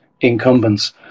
incumbents